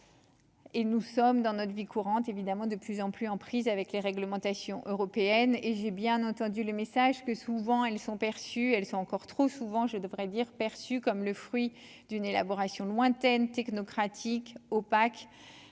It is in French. Et nous sommes dans notre vie courante évidemment de plus en plus en prise avec les réglementations européennes et j'ai bien entendu le message que souvent elles sont perçues, elles sont encore trop souvent, je devrais dire, perçu comme le fruit d'une élaboration lointaine technocratique opaque,